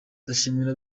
ndashimira